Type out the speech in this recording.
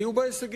היו בה הישגים,